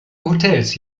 hotels